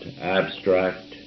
abstract